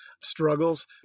struggles